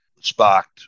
sparked